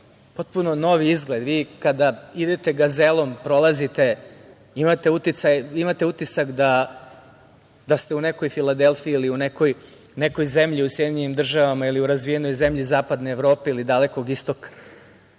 potpuno novi izgled. Kada idete Gazelom, prolazite tuda i imate utisak da ste u nekoj Filadelfiji ili u nekoj zemlji u SAD ili u razvijenoj zemlji zapadne Evrope ili Dalekog Istoka,